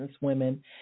women